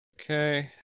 Okay